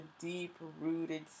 deep-rooted